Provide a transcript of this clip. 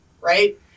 right